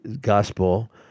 gospel